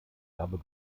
habe